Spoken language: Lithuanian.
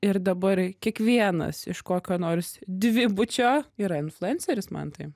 ir dabar kiekvienas iš kokio nors dvibučio yra influenceris mantai